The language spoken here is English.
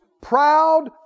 proud